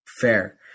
fair